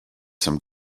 some